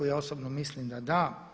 Ja osobno mislim da da.